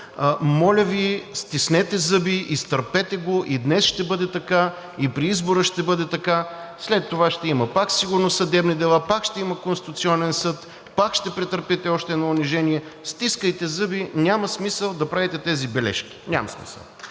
Моля Ви, стиснете зъби, изтърпете го, и днес ще бъде така, и при избора ще бъде така. След това ще има пак сигурно съдебни дела, пак ще има Конституционен съд, пак ще претърпите още едно унижение. Стискайте зъби, няма смисъл да правите тези бележки. Няма смисъл,